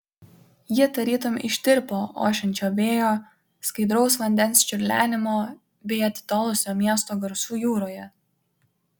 ji tarytum ištirpo ošiančio vėjo skaidraus vandens čiurlenimo bei atitolusio miesto garsų jūroje